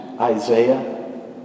Isaiah